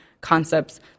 concepts